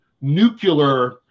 nuclear